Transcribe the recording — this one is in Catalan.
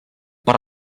per